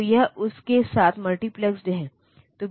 तो यह उस के साथ मल्टीप्लेसेड है